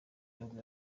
nibwo